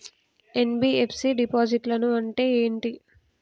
NBFC డిపాజిట్లను అంటే ఏంటి?